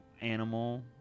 animal